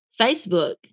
Facebook